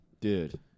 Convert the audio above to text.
dude